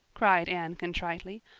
cried anne contritely.